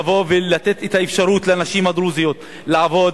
לבוא ולתת את האפשרות לנשים הדרוזיות לעבוד,